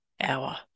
hour